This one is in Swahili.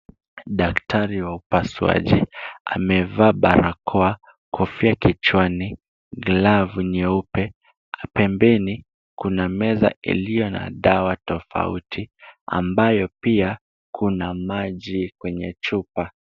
Daktari wa upasuaji amevaa barakoa , kofia kichwani, glavu nyeupe. Pembeni kuna meza iliyo na dawa tofauti ambayo pia kuna maji kwenye chupa.